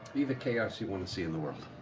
be the chaos you want to see in the world.